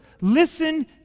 listen